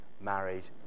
married